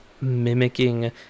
mimicking